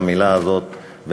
המילה הזאת,